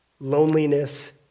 loneliness